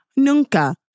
Nunca